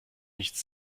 nichts